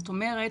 כלומר,